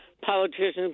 politicians